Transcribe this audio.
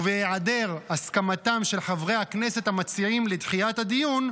ובהיעדר הסכמתם של חברי הכנסת המציעים לדחיית הדיון,